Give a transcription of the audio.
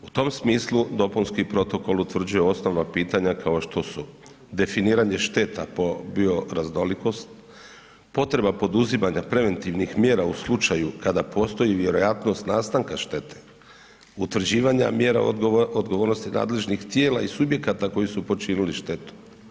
U tom smislu, dopunski protokol utvrđuje osnovna pitanja kao što su definiranje šteta po bioraznolikost, potreba poduzimanja preventivnih mjera u slučaju kada postoji vjerojatnost nastanka štete, utvrđivanja mjera odgovornosti nadležnih tijela i subjekata koji su počinili štetu.